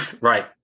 Right